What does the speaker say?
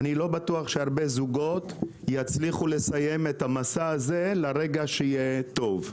אני לא בטוח שהרבה זוגות יצליחו לסיים את המסע הזה לרגע שיהיה טוב.